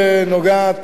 ההסתייגות נוגעת